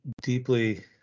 deeply